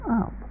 up